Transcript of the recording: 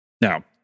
now